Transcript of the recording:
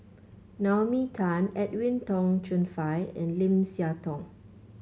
Naomi Tan Edwin Tong Chun Fai and Lim Siah Tong